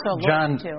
John